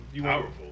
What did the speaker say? Powerful